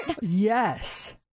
Yes